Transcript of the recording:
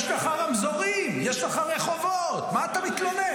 יש לך רמזורים, יש לך רחובות, מה אתה מתלונן?